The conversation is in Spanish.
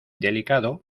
delicado